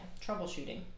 troubleshooting